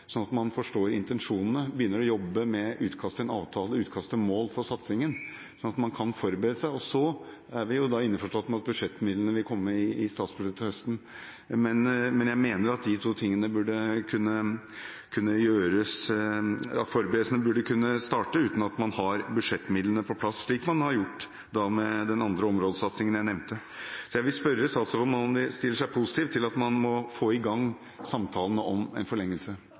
at man forstår intensjonene og begynner å jobbe med utkast til en avtale, utkast til mål for satsingen, slik at man kan forberede seg. Vi er innforstått med at budsjettmidlene vil komme i statsbudsjettet til høsten, men jeg mener at forberedelsene burde kunne starte uten at man har budsjettmidlene på plass, slik man har gjort med den andre områdesatsingen jeg nevnte. Jeg vil spørre statsråden om han stiller seg positivt til at man må få i gang samtalene om en forlengelse.